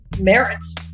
Merits